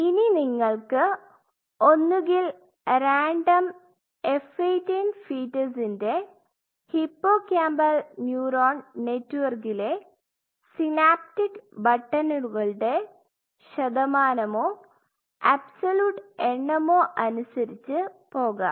ഇനി നിങ്ങൾക്ക് ഒന്നുകിൽ റാൻഡം F18 ഫീറ്റസിന്റെ ഹിപ്പോകാമ്പല് ന്യൂറോണ് നെറ്റ്വര്ക്കുകളിലെ സിനാപ്റ്റിക് ബട്ടണുകളുടെ ശതമാനമോ അബ്സല്യൂട്ട് എണ്ണമോ അനുസരിച്ച് പോകാം